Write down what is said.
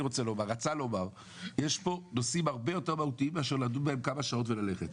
יש כאן נושאים הרבה יותר מהותיים ולא די לדון בהם כמה שעות וללכת.